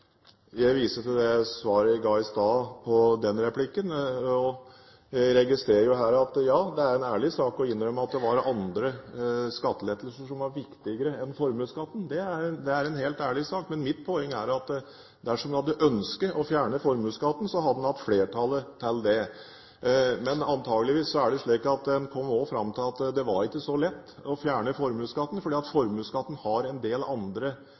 Jeg viser til det svaret jeg ga i stad på den replikken, og jeg registrer her at ja, det er en ærlig sak å innrømme at det var andre skattelettelser som var viktigere enn formuesskatten. Det er en helt ærlig sak, men mitt poeng er at dersom en hadde ønsket å fjerne formuesskatten, hadde en hatt flertallet til det. Men antagelig er det slik at en også kom fram til at det var ikke så lett å fjerne formuesskatten, fordi formuesskatten har en del andre